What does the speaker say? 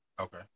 Okay